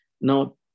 Now